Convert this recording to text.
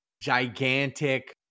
gigantic